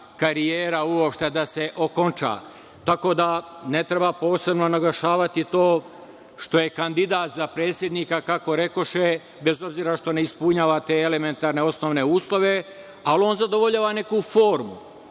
karijera uopšte da se okonča. Tako da, ne treba posebno naglašavati to što je kandidat za predsednika, kako rekoše, bez obzira što ne ispunjava te elementarne osnovne uslove, ali on zadovoljava neku formu.